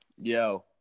Yo